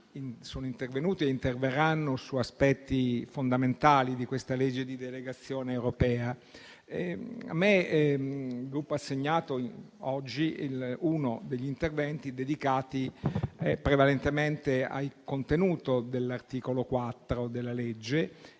sono intervenuti e interverranno su aspetti fondamentali di questa legge di delegazione europea. A me il Gruppo ha assegnato oggi uno degli interventi dedicati prevalentemente al contenuto dell'articolo 4 della legge